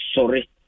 sorry